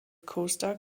coaster